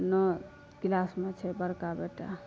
नओ किलासमे छै बड़का बेटा